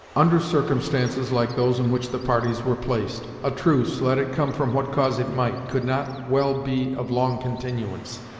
under circumstances like those in which the parties were placed, a truce, let it come from what cause it might, could not well be of long continuance.